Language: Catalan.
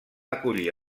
acollir